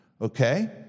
okay